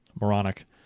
moronic